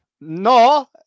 No